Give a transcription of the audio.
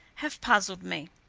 have puzzled me.